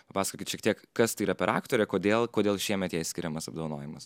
papasakokit šiek tiek kas tai yra per aktorė kodėl kodėl šiemet jai skiriamas apdovanojimas